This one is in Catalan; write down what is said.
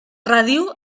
ràdio